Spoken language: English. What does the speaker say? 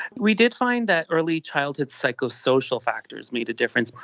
we did find that early childhood psychosocial factors made a difference,